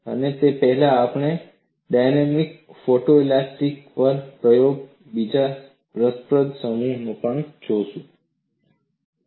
અને તે પહેલાં આપણે ડાયનેમિક ફોટોઈલાસ્ટીસીટી પર પ્રયોગનો બીજો રસપ્રદ સમૂહ પણ જોઈશું